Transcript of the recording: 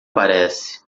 parece